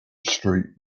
street